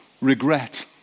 regret